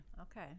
Okay